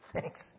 thanks